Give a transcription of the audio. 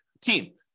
Team